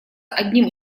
одним